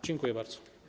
Dziękuję bardzo.